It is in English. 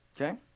Okay